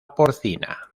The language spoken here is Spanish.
porcina